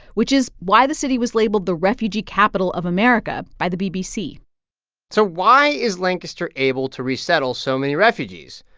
which is why the city was labeled the refugee capital of america by the bbc so why is lancaster able to resettle so many refugees?